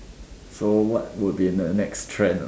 so what would be the next trend ah